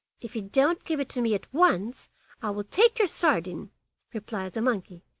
if you don't give it to me at once i will take your sardine replied the monkey,